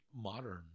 modern